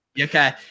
Okay